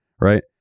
Right